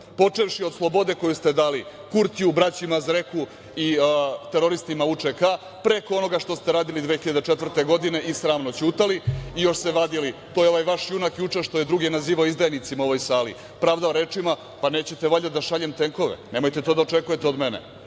počevši od „Slobode“ koju ste dali Kurtiju, braći Mazreku i teroristima UČK, preko onoga što ste radili 2004. godine i sramno ćutali i još se vadili. To je ovaj vaš junak juče što je druge nazivao izdajnicima u ovoj sali, pravdao rečima, pa nećete valjda da šaljem tenkove, nemojte to da očekujete od mene.